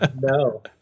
No